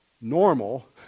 Normal